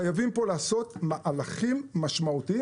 חייבים פה לעשות מהלכים משמעותיים,